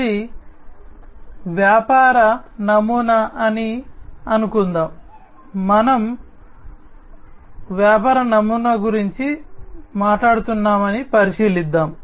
ఇది వ్యాపార నమూనా అని అనుకుందాం మనము వ్యాపార నమూనా గురించి మాట్లాడుతున్నామని పరిశీలిద్దాం